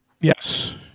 Yes